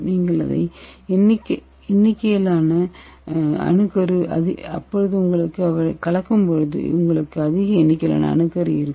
நீங்கள் அதை தீவிரமாக கலக்கும்போது உங்களுக்கு அதிக எண்ணிக்கையிலான அணுக்கரு இருக்கும்